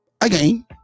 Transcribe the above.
again